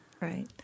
right